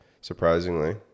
surprisingly